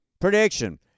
Prediction